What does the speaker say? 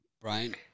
Brian